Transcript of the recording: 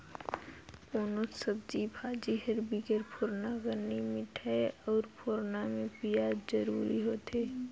कोनोच सब्जी भाजी हर बिगर फोरना कर नी मिठाए अउ फोरना में पियाज जरूरी होथे